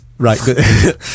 Right